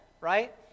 right